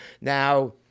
Now